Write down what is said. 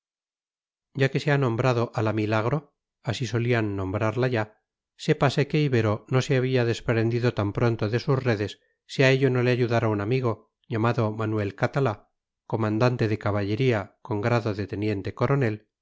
ya que se ha nombrado a la milagro así solían nombrarla ya sépase que ibero no se habría desprendido tan pronto de sus redes si a ello no le ayudara un amigo llamado manuel catalá comandante de caballería con grado de teniente coronel